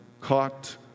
caught